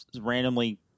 randomly